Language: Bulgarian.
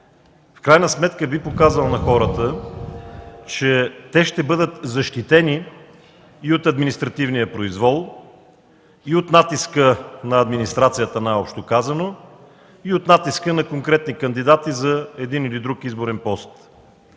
в крайна сметка би показал на хората, че те ще бъдат защитени и от административния произвол, и от натиска на администрацията най-общо казано, и от натиска на конкретни кандидати за един или друг изборен пост.